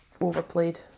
overplayed